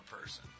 person